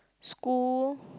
school